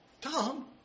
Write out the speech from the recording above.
Tom